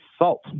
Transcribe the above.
Salt